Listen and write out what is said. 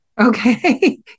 Okay